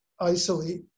isolate